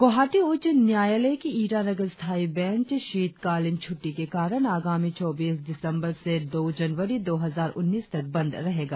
गौहाटी उच्च न्यायालय की ईटानगर स्थायी बैंच शीतकालीन छुटटी के कारण आगामी चौबीस दिसंबर से दो जनवरी दो हजार उन्नीस तक बंद रहेगा